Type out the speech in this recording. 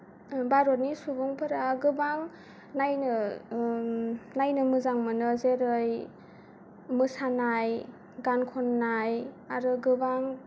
भारतनि सुबुंफोरा गोबां नायनो ओ नायनो मोजां मोनो जेरै मोसानाय गान खननाय आरो गोबां